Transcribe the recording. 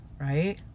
right